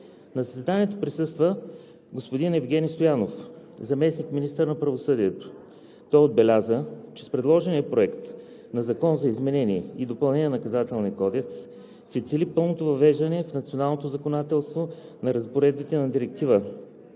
На заседанието присъства господин Евгени Стоянов – заместник-министър на правосъдието. Той отбеляза, че с предложения проект на Закон за изменение и допълнение на Наказателния кодекс се цели пълното въвеждане в националното законодателство на разпоредбите на Директива